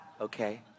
Okay